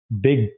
big